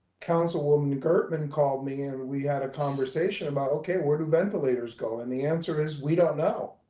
councilwoman gutman called me. and we had a conversation about, okay, where do ventilators go? and the answer is we don't know.